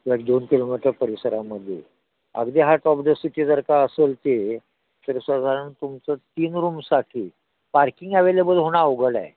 जर दोन किलोमीटर परिसरामध्ये अगदी हार्ट ऑफ द सिटी जर का असेल ते तर साधारण तुमचं तीन रूमसाठी पार्किंग अवेलेबल होणं अवघड आहे